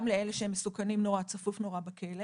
גם לאלה שהם מסוכנים נורא, צפוף להם נורא בכלא.